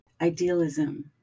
idealism